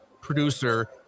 producer